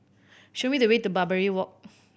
show me the way to Barbary Walk